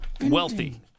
wealthy